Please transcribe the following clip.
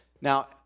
now